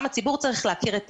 גם הציבור צריך להכיר את